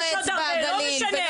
יש עוד הרבה לא משנה.